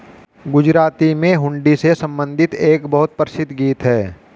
गुजराती में हुंडी से संबंधित एक बहुत प्रसिद्ध गीत हैं